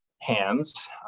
hands